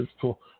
cool